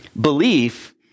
Belief